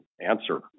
answer